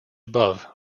above